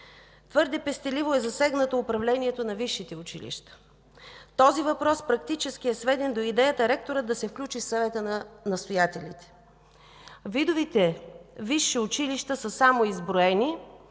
Твърде пестеливо е засегнато управлението на висшите училища. Този въпрос практически е сведен до идеята ректорът да се включи в Съвета на настоятелите. Видовете висши училища са само изброени